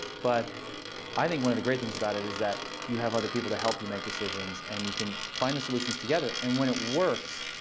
but i think one of the great things about it is that you have other people to help you make decisions. and you can find the solutions together. and when it works,